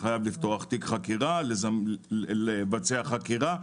חייב לפתוח תיק חקירה, לבצע חקירה.